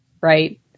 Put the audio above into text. right